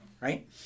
right